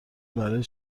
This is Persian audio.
برای